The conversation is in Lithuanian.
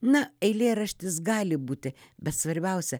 na eilėraštis gali būti bet svarbiausia